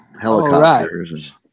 Helicopters